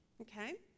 Okay